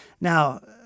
Now